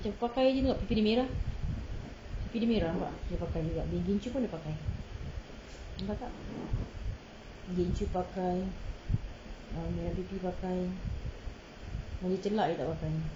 macam pakai jer tengok pipi dia merah pipi dia merah nampak dia pakai juga gincu pun dia pakai nampak tak gincu pakai gincu pakai cuma celak jer dia tak pakai